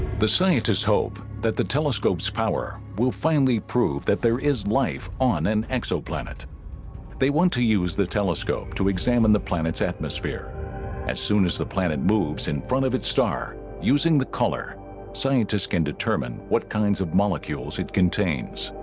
the scientists hope that the telescopes power will finally prove that there is life on an exoplanet they want to use the telescope to examine the planet's atmosphere as soon as the planet moves in front of its star using the color scientists can determine. what kinds of molecules it contains